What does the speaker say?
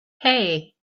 hey